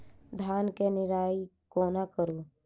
धान केँ निराई कोना करु?